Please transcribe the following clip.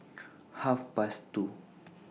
Half Past two